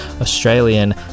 Australian